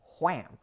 wham